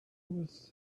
was